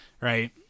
right